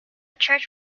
church